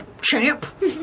champ